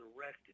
arrested